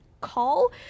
call